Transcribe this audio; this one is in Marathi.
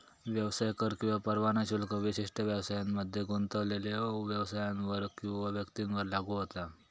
व्यवसाय कर किंवा परवाना शुल्क विशिष्ट व्यवसायांमध्ये गुंतलेल्यो व्यवसायांवर किंवा व्यक्तींवर लागू होता